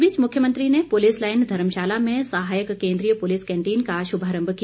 इस बीच मुख्यमंत्री ने पुलिस लाईन धर्मशाला में सहायक केन्द्रीय पुलिस कैंटीन का शुभारंभ किया